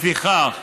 לפיכך,